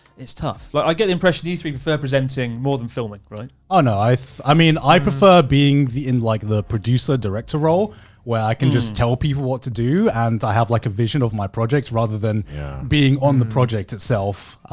it's tough. like i get the impression you three prefer presenting more than filming, right? oh no. i i mean, i prefer being the, in like the producer-director role where i can just tell people what to do. and i have like a vision of my project rather than being on the project itself.